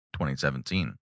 2017